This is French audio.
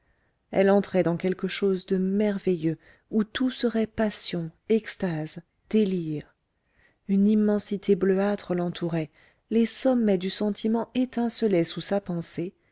elle entrait dans quelque chose de merveilleux où tout serait passion extase délire une immensité bleuâtre l'entourait les sommets du sentiment étincelaient sous sa pensée